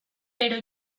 pero